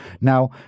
now